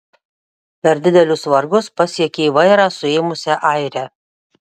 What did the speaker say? per didelius vargus pasiekė vairą suėmusią airę